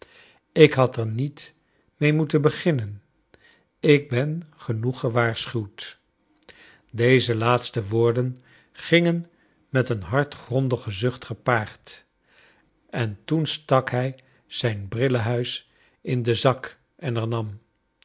ik had er niet mee moeten beginnen ik ben genoeg gewaarschuwd i eze laatste woorden gingen met een hartgrondigen zucht gepaard en toen stak liij zijn brillenhuis in den zak en hernam